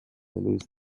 lose